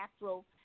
natural